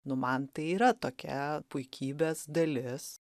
nu man tai yra tokia puikybės dalis